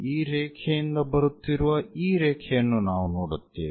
ಈ ರೇಖೆಯಿಂದ ಬರುತ್ತಿರುವ ಈ ರೇಖೆಯನ್ನು ನಾವು ನೋಡುತ್ತೇವೆ